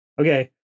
Okay